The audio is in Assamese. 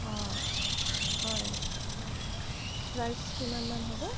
অঁ হয় অঁ প্ৰাইচ কিমানমান হ'ব